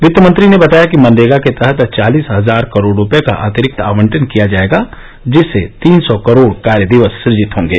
वित्त मंत्री ने बताया कि मनरेगा के तहत चालीस हजार करोड़ रूपए का अतिरिक्त आवंटन किया जायेगा जिससे तीन सौ करोड कार्य दिवस सजित होंगे